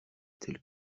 tel